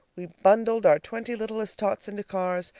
we bundled our twenty littlest tots into cars,